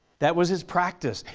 that was his practice.